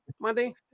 monday